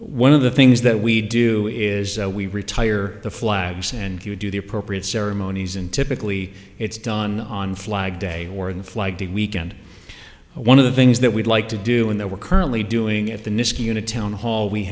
one of the things that we do is we retire the flags and you do the appropriate ceremonies and typically it's done on flag day or the flag day weekend one of the things that we'd like to do and that we're currently doing at the niskayuna town hall we